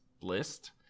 list